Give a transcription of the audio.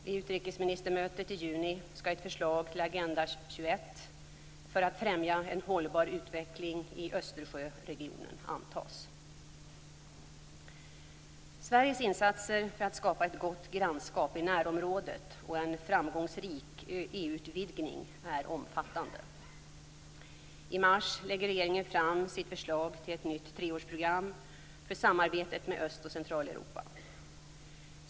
Vid utrikesministermötet i juni skall ett förslag till Agenda 21 Sveriges insatser för att skapa ett gott grannskap i närområdet och en framgångsrik EU-utvidgning är omfattande. I mars lägger regeringen fram sitt förslag till ett nytt treårsprogram för samarbetet med Öst och Centraleuropa.